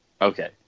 okay